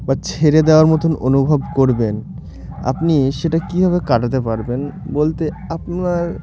বা ছেড়ে দেওয়ার মতন অনুভব করবেন আপনি সেটা কীভাবে কাটাতে পারবেন বলতে আপনার